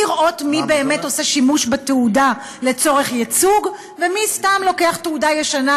לראות מי באמת עושה שימוש בתעודה לצורך ייצוג ומי סתם לוקח תעודה ישנה,